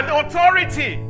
authority